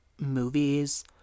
movies